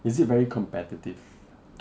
is it very competitive